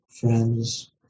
friends